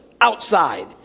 outside